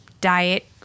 diet